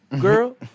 girl